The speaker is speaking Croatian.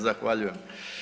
Zahvaljujem.